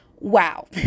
Wow